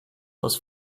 los